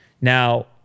Now